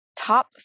top